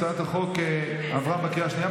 הצעת החוק עברה בקריאה השנייה.